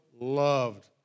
loved